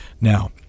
now